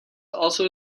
also